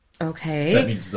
Okay